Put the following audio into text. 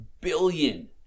billion